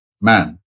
man